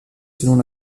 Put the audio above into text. selon